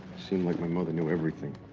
seemed like my mother knew everything.